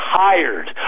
tired